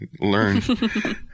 learn